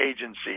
agency